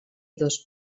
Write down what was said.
dos